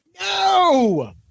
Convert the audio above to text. No